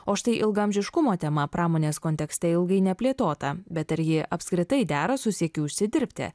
o štai ilgaamžiškumo tema pramonės kontekste ilgai neplėtota bet ar ji apskritai dera su siekiu užsidirbti